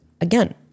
again